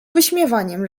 wyśmiewaniem